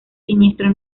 siniestro